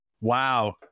Wow